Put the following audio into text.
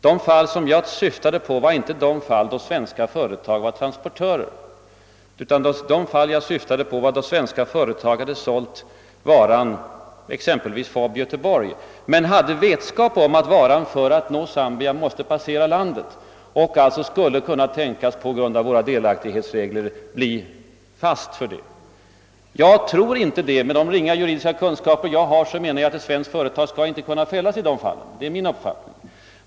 De fall jag syftade på var inte sådana då svenska företag var transportörer utan då svenska företag sålde en vara exempelvis fob Göteborg men hade vetskap om att varan för att nå Zambia måste passera Rhodesia och alltså på grund av våra delaktighetsregler kunde tänkas bli fast för detta. Jag tror inte det. Med mina ringa juridiska kunskaper har jag den uppfattningen, att ett svenskt företag inte skall kunna fällas i sådana fall.